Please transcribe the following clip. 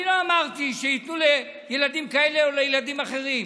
אני לא אמרתי שייתנו לילדים כאלה או לילדים אחרים.